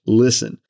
listen